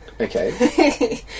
Okay